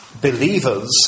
believers